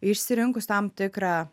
išsirinkus tam tikrą